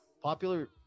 popular